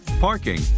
parking